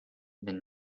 been